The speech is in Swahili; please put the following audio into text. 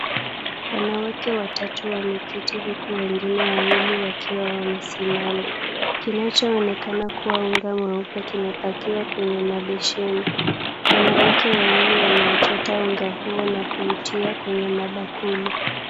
Wanawake watatu wameketi huku wengine wawili wakiwa wamesimama. Kinachoonekana kuwa unga mweupe kimepakiwa kwenye mabesheni. Wanawake wawili wanauchota unga huo na kuutia kwenye mabakuli.